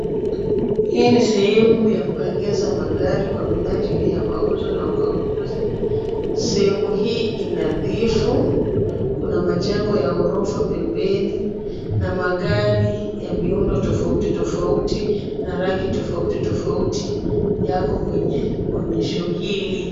Hii ni sehemu ya kuegeza magari kwa minajili ya mauzo na ukaguzi. Sehemu hii ii nadhifu. Kuna majengo ya ghorofa pembeni na magari ya miundo tofauti tofauti na rangi tofauti tofauti yako kwenye onyesho hili.